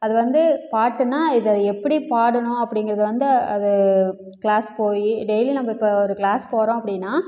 அதுவந்து பாட்டுனால் இதை எப்படி பாடணும் அப்படிங்கிறத வந்து அது கிளாஸ் போய் டெய்லி நம்ம இப்போ ஒரு கிளாஸ் போகிறோம் அப்படின்னா